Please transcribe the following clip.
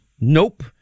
nope